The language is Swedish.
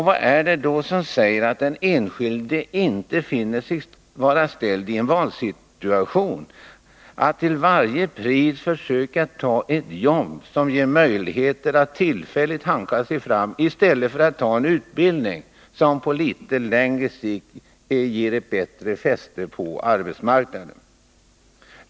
Vad är det som säger att den enskilde inte finner sig vara ställd i den valsituationen att till varje pris försöka ta ett jobb som ger en möjlighet att tillfälligt hanka sig fram i stället för att ta en utbildning som på litet längre sikt ger ett bättre fäste på arbetsmarknaden?